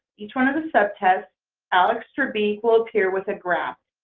each one of the subtest alex trebeek will appear with a graph.